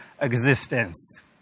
existence